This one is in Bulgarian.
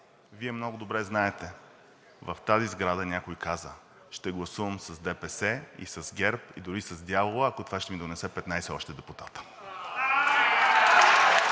Вие много добре знаете – в тази сграда някой каза: „Ще гласувам с ДПС и с ГЕРБ, и дори с дявола, ако това ще ми донесе още 15 депутата.“